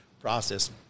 process